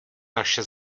naše